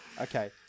Okay